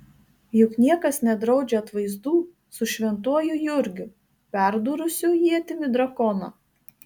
juk niekas nedraudžia atvaizdų su šventuoju jurgiu perdūrusiu ietimi drakoną